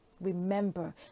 Remember